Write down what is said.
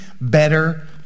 better